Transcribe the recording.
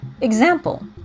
example